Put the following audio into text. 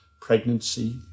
pregnancy